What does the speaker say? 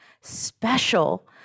special